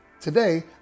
Today